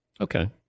Okay